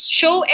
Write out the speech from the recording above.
show